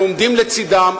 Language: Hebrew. שאנחנו עומדים לצדם.